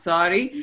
Sorry